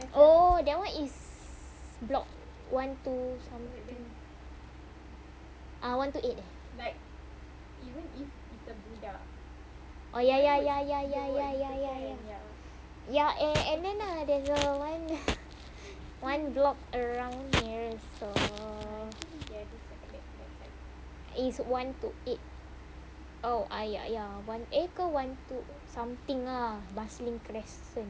oh that [one] is block one two something one two eight orh ya ya ya ya ya ya ya ya ya ya and then there's one block around here also is one two eight oh ya one eh ke one two something ah marsiling crescent